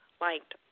liked